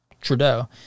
Trudeau